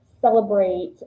celebrate